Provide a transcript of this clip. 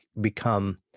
become